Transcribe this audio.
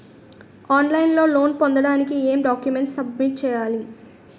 On line లో loan పొందటానికి ఎం డాక్యుమెంట్స్ సబ్మిట్ చేయాలి?